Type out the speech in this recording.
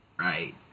Right